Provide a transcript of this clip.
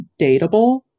dateable